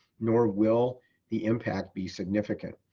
nor will the impact be significant.